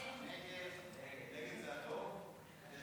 הסתייגות 18 לא נתקבלה.